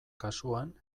kasuan